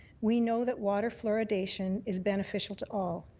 we know that water fluoridation is beneficial to all.